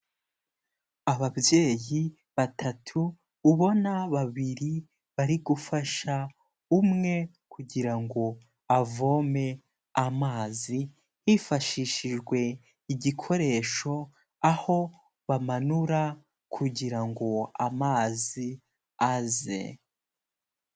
Ababyeyi batatu, ubona babiri bari gufasha umwe kugira ngo avome amazi, hifashishijwe igikoresho, aho bamanura kugira ngo amazi aze.